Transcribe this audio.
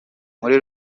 muri